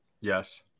Yes